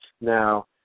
Now